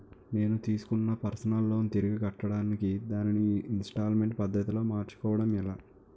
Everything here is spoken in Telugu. నేను తిస్కున్న పర్సనల్ లోన్ తిరిగి కట్టడానికి దానిని ఇంస్తాల్మేంట్ పద్ధతి లో మార్చుకోవడం ఎలా?